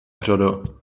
řada